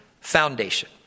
foundation